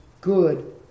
good